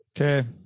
Okay